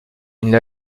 une